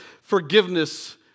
forgiveness